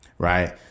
Right